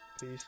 Peace